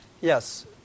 Yes